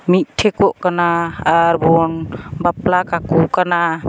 ᱢᱤᱫᱴᱷᱮᱜᱚᱜ ᱠᱟᱱᱟ ᱟᱨᱵᱚᱱ ᱵᱟᱯᱞᱟᱠᱟᱠᱚ ᱠᱟᱱᱟ